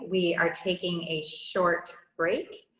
we are taking a short break.